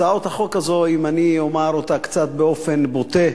הצעת החוק הזאת, אם אני אומר אותה קצת באופן בוטה,